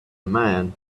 man